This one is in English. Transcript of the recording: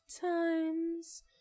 times